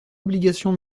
obligation